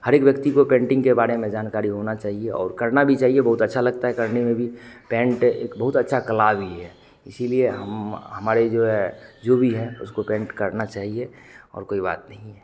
हर एक व्यक्ति को पेन्टिंग के बारे में जानकारी होना चाहिए और करना भी चाहिए बहुत अच्छा लगता है करने में भी पेन्ट एक बहुत अच्छा कला भी है इसीलिए हम हमारे जो है जो भी है उसको पेन्ट करना चाहिए और कोई बात नहीं है